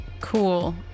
Cool